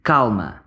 Calma